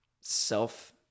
self